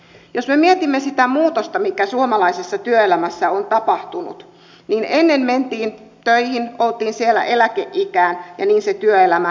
jos me mietimme sitä muutosta mikä suomalaisessa työelämässä on tapahtunut niin ennen mentiin töihin oltiin siellä eläkeikään ja niin se työelämä kulki